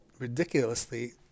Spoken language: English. ridiculously